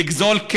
לגזול,